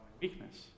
weakness